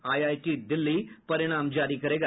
IIT Delhi परिणाम जारी करेगा